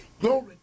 Glory